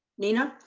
nina. i.